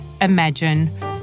imagine